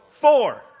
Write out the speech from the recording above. Four